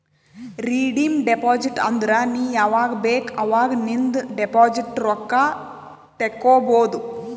redeem deposit ಅಂದುರ್ ನೀ ಯಾವಾಗ್ ಬೇಕ್ ಅವಾಗ್ ನಿಂದ್ ಡೆಪೋಸಿಟ್ ರೊಕ್ಕಾ ತೇಕೊಬೋದು